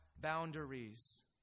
boundaries